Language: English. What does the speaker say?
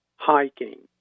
Hiking